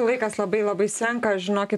laikas labai labai senka žinokit